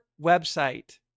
website